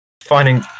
finding